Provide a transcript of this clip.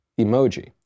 emoji